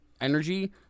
energy